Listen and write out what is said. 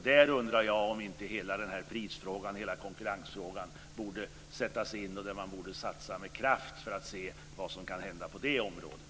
Där undrar jag om inte hela frågan om pris och konkurrens borde tas upp. Man borde satsa med kraft för att se vad som kan hända på det området.